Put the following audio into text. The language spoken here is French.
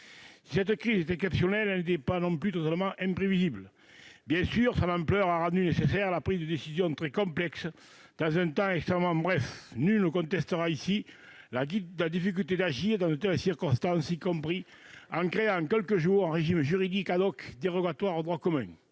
Si cette crise est exceptionnelle, elle n'était pas non plus totalement imprévisible. Bien sûr, son ampleur a rendu nécessaire la prise de décisions très complexes, dans un temps extrêmement bref. Nul ne contestera dans cet hémicycle la difficulté d'agir dans de telles circonstances, y compris en créant en quelques jours un régime juridique dérogatoire au droit commun.